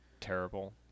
terrible